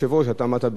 אתה עמדת בראשם,